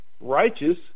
Righteous